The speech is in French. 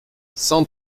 cent